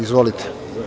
Izvolite.